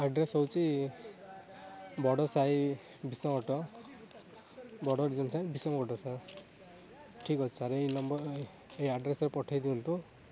address ହେଉଛି Badasahi Bissamcuttack Bissamcuttack sir ଠିକ୍ ଅଛି ସାର୍ ଏଇ ନମ୍ବର ଏଇ ଆଡ଼୍ରେସରେ ପଠାଇ ଦିଅନ୍ତୁ